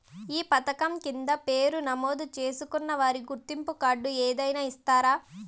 ఈ పథకం కింద పేరు నమోదు చేసుకున్న వారికి గుర్తింపు కార్డు ఏదైనా ఇస్తారా?